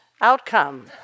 outcome